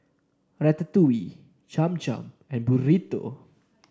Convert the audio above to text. Ratatouille Cham Cham and Burrito